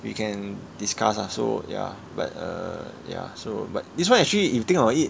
we can discuss ah so ya but err ya so but this one actually if think of it